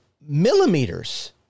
millimeters